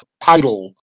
title